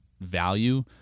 value